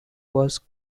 was